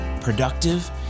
productive